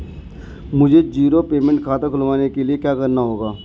मुझे zero payment खाता खुलवाने के लिए क्या करना होगा?